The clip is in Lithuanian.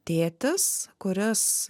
tėtis kuris